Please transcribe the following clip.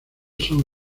son